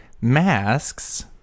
masks